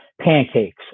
pancakes